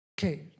Okay